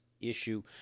issue